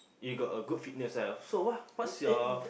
you got a good fitness ah so what what's your